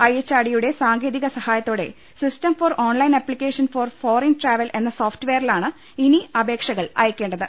I H R ഡിയുടെ സാങ്കേ തിക സഹായത്തോടെ system for online application for foreign travel എന്ന സോഫ്റ്റ്വെയറിലാണ് ഇനി അപേക്ഷകൾ അയക്കേ ണ്ടത്